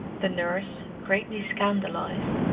the nurse, greatly scandalized,